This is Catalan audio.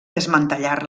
desmantellar